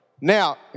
Now